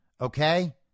Okay